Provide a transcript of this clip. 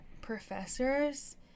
professors